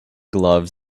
gloves